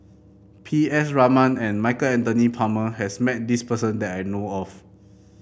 P S Raman and Michael Anthony Palmer has met this person that I know of